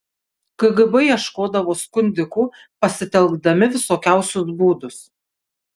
kgb ieškodavo skundikų pasitelkdami visokiausius būdus